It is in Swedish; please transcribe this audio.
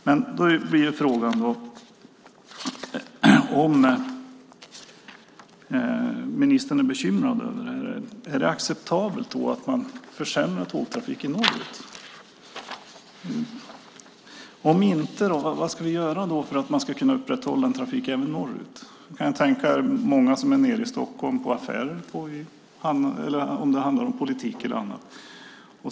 Men då blir frågan: Är ministern bekymrad över det här? Är det acceptabelt att man försämrar tågtrafiken norrut? Om det inte är det undrar jag vad vi ska göra för att man ska kunna upprätthålla en trafik även norrut. Man kan ju tänka sig att det är många som är nere i Stockholm i affärer - det kan handla om politik eller annat.